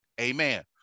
amen